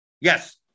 Yes